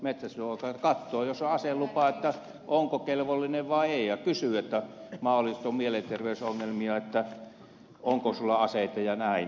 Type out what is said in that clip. lääkäri katsoo jos on aselupa onko kelvollinen vai ei ja kysyy jos mahdollisesti on mielenterveysongelmia onko sulla aseita ja näin